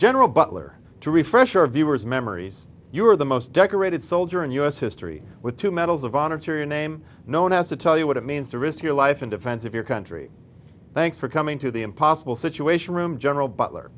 general butler to refresh our viewers memories you are the most decorated soldier in u s history with two medals of honor to your name no one has to tell you what it means to risk your life in defense of your country thanks for coming to the impossible situation room general butler